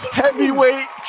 heavyweight